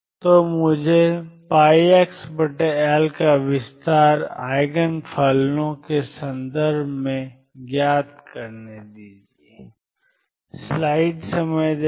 तो मुझे πxL का विस्तार ईजिन फलनों के संदर्भ में ज्ञात करने दें